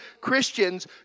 Christians